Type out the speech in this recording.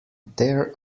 there